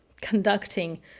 conducting